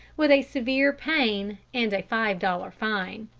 with a severe pain and a five-dollar fine.